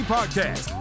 Podcast